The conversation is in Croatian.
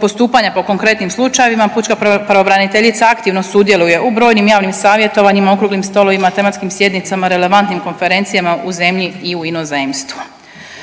postupanja po konkretnim slučajevima pučka pravobraniteljica aktivno sudjeluje u brojnim javni savjetovanjima, Okruglim stolovima, tematskim sjednicama, relevantnim konferencijama u zemlji i u inozemstvu.